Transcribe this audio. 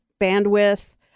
bandwidth